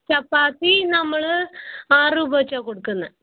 ചപ്പാത്തി നമ്മള് ആറു രൂപക്കാണ് കൊടുക്കുന്നത്